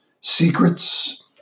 secrets